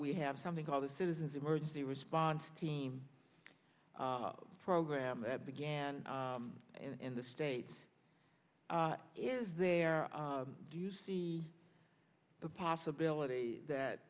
we have something called the citizens emergency response team program that began in the states is there do you see the possibility that